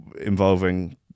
involving